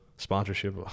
sponsorship